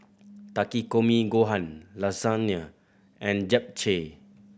Takikomi Gohan Lasagne and Japchae